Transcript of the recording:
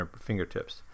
fingertips